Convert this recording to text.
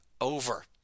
Over